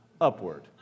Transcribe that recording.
upward